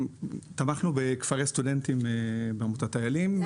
תמכנו בכפרי סטודנטים בעמותת איילים.